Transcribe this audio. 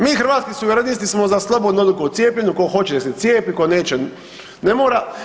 Mi Hrvatski suverenisti smo za slobodnu odluku o cijepljenju, ko hoće nek se cijepi, ko neće ne mora.